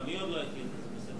גם היא עוד לא החליטה לאיזה סקטור.